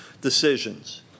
decisions